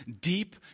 deep